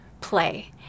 play